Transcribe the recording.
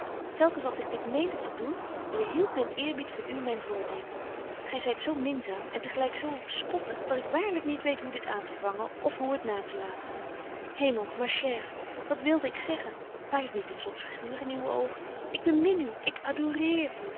telkens als ik dit meende te doen weerhieldt myn eerbied voor u myn voornemen gy zyt zo minzaam en te gelyk zo spottig dat ik waarlyk niet weet hoe dit aantevangen of hoe het natelaten hemel ma chere wat wilde ik zeggen maak ik niet een zot figuur in uwe oogen ik bemin u ik